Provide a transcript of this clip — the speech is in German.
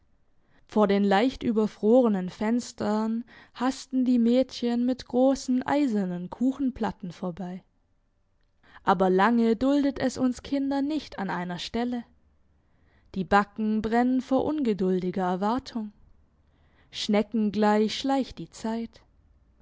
vor den leichtüberfrorenen fenstern hasten die mädchen mit grossen eisernen kuchenplatten vorbei aber lange duldet es uns kinder nicht an einer stelle die backen brennen vor ungeduldiger erwartung schneckengleich schleicht die zeit